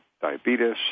diabetes